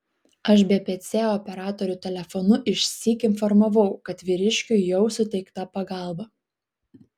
aš bpc operatorių telefonu išsyk informavau kad vyriškiui jau suteikta pagalba